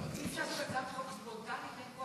אי-אפשר להציע הצעת חוק ספונטנית?